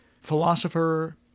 philosopher